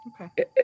Okay